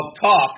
talk